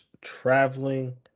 traveling